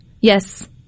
Yes